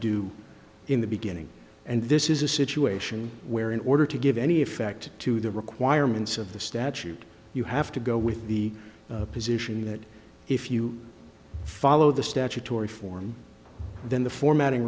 do in the beginning and this is a situation where in order to give any effect to the requirements of the statute you have to go with the position that if you follow the statutory form then the formattin